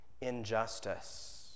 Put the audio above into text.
injustice